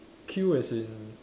queue as in